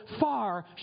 far